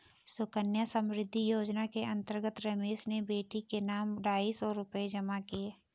सुकन्या समृद्धि योजना के अंतर्गत रमेश ने बेटी के नाम ढाई सौ रूपए जमा किए